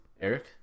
eric